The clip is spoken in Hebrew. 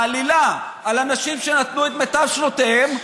מעלילה על אנשים שנתנו את מיטב שנותיהם,